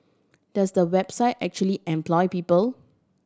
does the website actually employ people